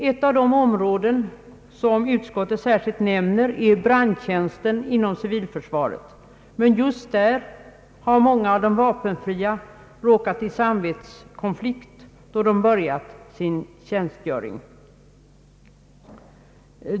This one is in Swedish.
Ett av de områden som utskottet sär skilt nämner är brandtjänsten inom civilförsvaret. Men just där har många av de vapenfria råkat i samvetskonflikt när de börjat sin tjänstgöring.